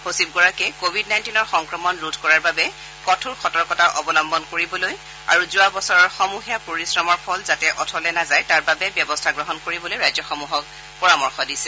সচিবগৰাকীয়ে কোৱিড নাইণ্টিনৰ সংক্ৰমণ ৰোধ কৰাৰ বাবে কঠোৰ সতৰ্কতা অৱলম্বন কৰিবলৈ আৰু যোৱা বছৰৰ সমূহীয়া পৰিশ্ৰমৰ ফল যাতে অথলে নাযায় তাৰ বাবে ব্যৱস্থা গ্ৰহণ কৰিবলৈ ৰাজ্যসমূহক কৈছে